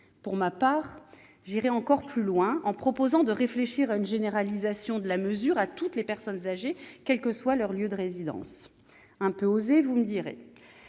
Pour ma part, j'irai encore plus loin, en proposant de réfléchir à une généralisation de la mesure à toutes les personnes âgées, quel que soit leur lieu de résidence. Une telle